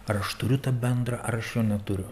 ar aš turiu tą bendrą ar aš jo neturiu